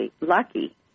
lucky